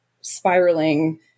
spiraling